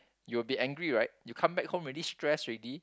you'll be angry right you come back home already stress already